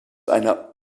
einer